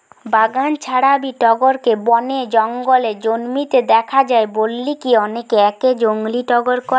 বাগান ছাড়াবি টগরকে বনে জঙ্গলে জন্মিতে দেখা যায় বলিকি অনেকে একে জংলী টগর কয়